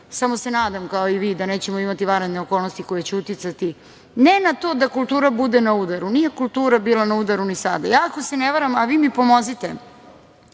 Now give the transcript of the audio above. samo se nadam, kao i vi, da nećemo imati vanredne okolnosti koje će uticati, ne na to da kultura bude na udaru, nije kultura bila na udaru ni sada. Ja ako se ne varam, a vi mi pomozite,